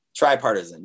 tripartisan